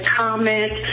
comment